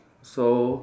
so